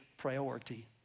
Priority